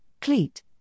cleat